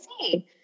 see